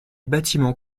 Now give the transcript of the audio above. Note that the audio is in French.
bâtiments